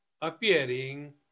appearing